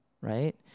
right